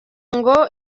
ngo